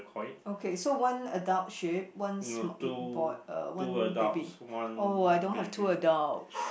okay so one adult sheep one small uh one baby oh I don't have two adult